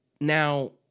Now